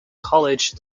college